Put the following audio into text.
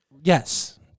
Yes